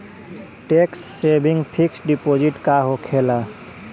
Tax saving fix deposit का होखे ला?